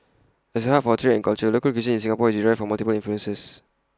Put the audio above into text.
as A hub for trade and culture local cuisine in Singapore is derived from multiple influences